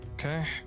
Okay